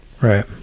Right